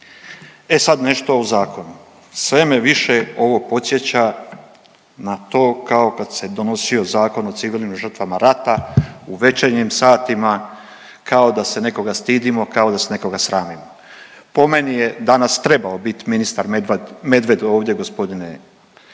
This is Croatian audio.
E sad nešto o zakonu. Sve me više ovo podsjeća na to kao kad se donio Zakon o civilnim žrtvama rata u večernjim satima kao da se nekoga stidimo, kao da se nekoga sramimo. Po meni je danas trebao biti ministar Medved ovdje g. državni